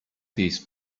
these